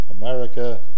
America